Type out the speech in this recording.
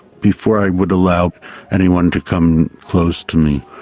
before i would allow anyone to come close to me,